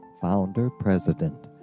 Founder-President